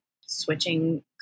switching